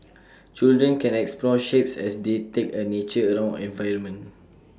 children can explore shapes as they take A nature around environment